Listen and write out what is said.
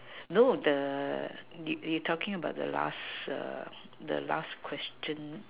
no the you you talking about the last err the last question